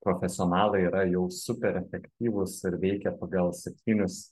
profesionalai yra jau super efektyvūs ir veikia pagal septynis